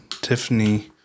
tiffany